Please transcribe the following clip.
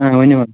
نہَ ؤنِو وۅنۍ